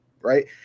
right